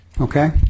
Okay